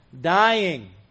dying